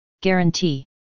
guarantee